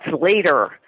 later